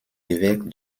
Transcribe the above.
évêques